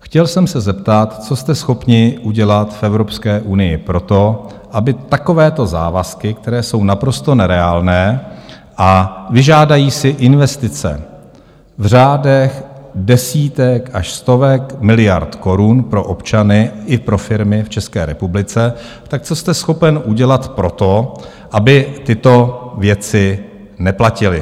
Chtěl jsem se zeptat, co jste schopni udělat v Evropské unii pro to, aby takovéto závazky, které jsou naprosto nereálné a vyžádají si investice v řádech desítek až stovek miliard korun pro občany i pro firmy v České republice, tak co jste schopen udělat pro to, aby tyto věci neplatily.